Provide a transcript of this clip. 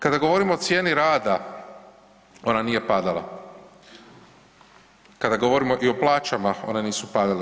Kada govorimo o cijeni rada ona nije padala, kada govorimo i o plaćama one nisu padale.